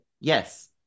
Yes